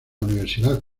universidad